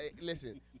listen